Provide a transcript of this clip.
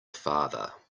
father